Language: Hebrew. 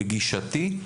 בגישתי,